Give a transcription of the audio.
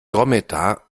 dromedar